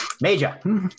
Major